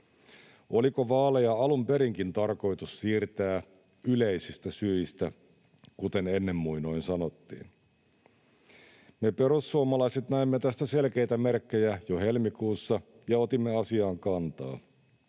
Oliko vaaleja alun perinkin tarkoitus siirtää yleisistä syistä, kuten ennen muinoin sanottiin? Me perussuomalaiset näimme tästä selkeitä merkkejä jo helmikuussa ja otimme asiaan kantaa.